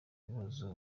ibibazo